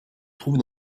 trouve